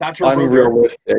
unrealistic